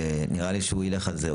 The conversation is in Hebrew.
נראה לי שהוא ילך על זה,